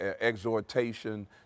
exhortation